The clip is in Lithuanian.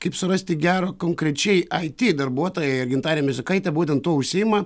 kaip surasti gerą konkrečiai it darbuotoją ir gintarė misiukaitė būtent tuo užsiima